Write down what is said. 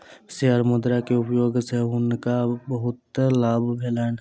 share मुद्रा के उपयोग सॅ हुनका बहुत लाभ भेलैन